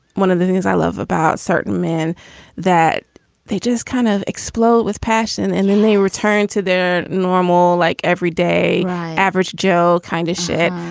one of the things i love about certain men that they just kind of explode with passion and then they return to their normal like everyday average joe kind of shit.